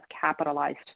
capitalized